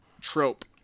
trope